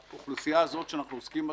האוכלוסייה הזאת שאנחנו עוסקים בה,